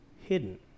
hidden